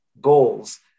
goals